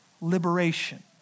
liberation